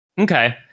okay